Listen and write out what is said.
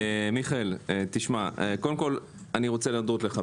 מיכאל, אני רוצה להודות לך.